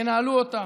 תנהלו אותה.